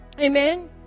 Amen